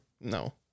No